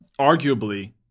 Arguably